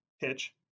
pitch